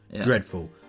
dreadful